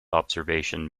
observation